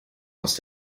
aus